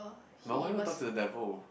no why would you talk to the devil